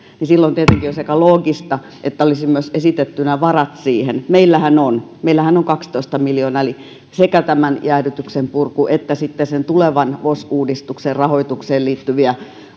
silloin tietenkin olisi aika loogista että olisi myös esitettynä varat siihen meillähän on meillähän on kaksitoista miljoonaa eli sekä jäädytyksen purku että sitten tulevan vos uudistuksen rahoitukseen liittyviä